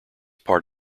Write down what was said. part